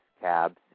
Cabs